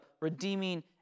redeeming